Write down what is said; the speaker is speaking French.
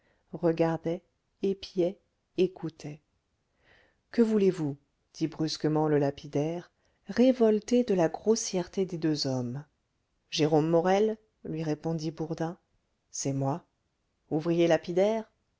regardait épiait écoutait que voulez-vous dit brusquement le lapidaire révolté de la grossièreté des deux hommes jérôme morel lui répondit bourdin c'est moi ouvrier lapidaire